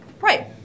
Right